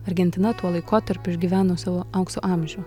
argentina tuo laikotarpiu išgyveno savo aukso amžių